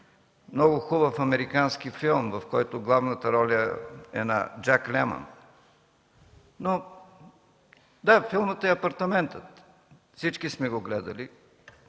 много хубав американски филм, в който главната роля е на Джак Лемън. Филмът е „Апартаментът” – всички сме го гледали,